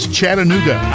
Chattanooga